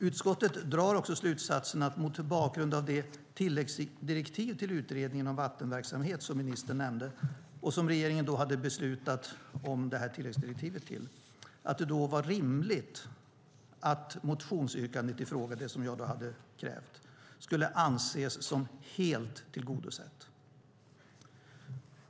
Utskottet drar också slutsatsen att det mot bakgrund av det tilläggsdirektiv till utredningen om vattenverksamhet som ministern nämnde och som regeringen hade beslutat om detta tilläggsdirektiv till var rimligt att motionsyrkandet i fråga, det som jag då hade krävt, skulle anses som helt tillgodosett.